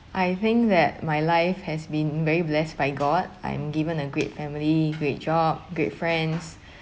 I think that my life has been very blessed by god I am given a great family great job great friends